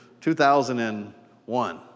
2001